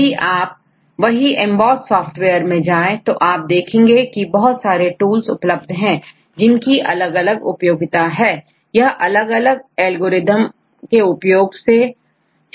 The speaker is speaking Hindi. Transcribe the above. यदि आप वहीEMBOSS सॉफ्टवेयर में जाएं तो आप देखेंगे की बहुत सारे टूल्स उपलब्ध हैं जिनकी अलग अलग उपयोगिता है यह अलग अलग एल्गोरिदम के उपयोग से चलते हैं